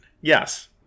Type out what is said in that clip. Yes